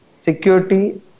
security